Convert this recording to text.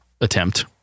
attempt